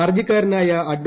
ഹർജിക്കാരനായ അഡ്വ